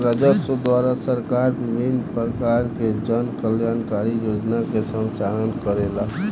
राजस्व द्वारा सरकार विभिन्न परकार के जन कल्याणकारी योजना के संचालन करेला